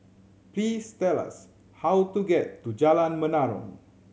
please tell us how to get to Jalan Menarong